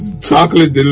chocolate